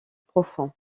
profond